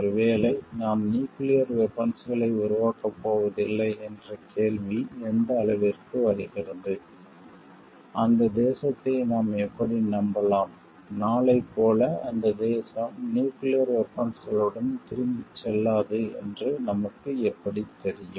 ஒருவேளை நாம் நியூக்கிளியர் வெபன்ஸ்களை உருவாக்கப் போவதில்லை என்ற கேள்வி எந்த அளவிற்கு வருகிறது அந்த தேசத்தை நாம் எப்படி நம்பலாம் நாளை போல அந்த தேசம் நியூக்கிளியர் வெபன்ஸ்களுடன் திரும்பிச் செல்லாது என்று நமக்கு எப்படித் தெரியும்